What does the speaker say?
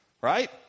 Right